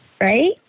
Right